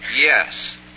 yes